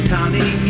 Tommy